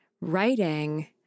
writing